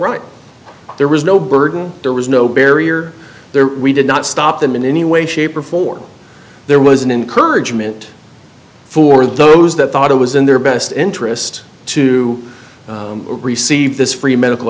right there was no burden there was no barrier there we did not stop them in any way shape or form there was an encouragement for those that thought it was in their best interest to receive this free medical